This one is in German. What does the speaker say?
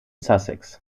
sussex